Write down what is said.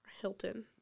Hilton